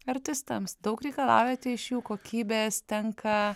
artistams daug reikalaujate iš jų kokybės tenka